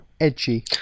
edgy